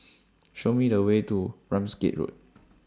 Show Me The Way to Ramsgate Road